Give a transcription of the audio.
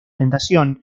tentación